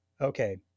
Okay